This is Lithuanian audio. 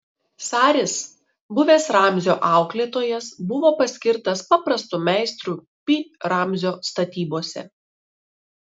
saris buvęs ramzio auklėtojas buvo paskirtas paprastu meistru pi ramzio statybose